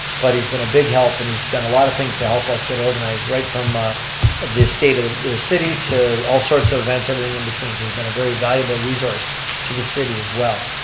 but he's been a big help and he's done a lot of things to help us get organized right from ah the state of the the city, to all sorts of events, everything and between. so he's been a very valuable resource to the city as well.